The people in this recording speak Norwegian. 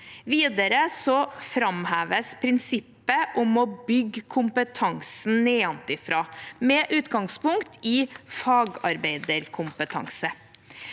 Videre framheves prinsippet om å bygge kompetansen nedenfra, med utgangspunkt i fagarbeiderkompetanse.